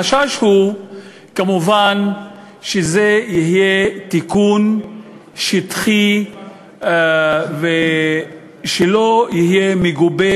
החשש הוא כמובן שזה יהיה תיקון שטחי שלא יהיה מגובה